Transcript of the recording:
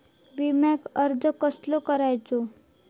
विम्याक अर्ज कसो करायचो?